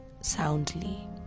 soundly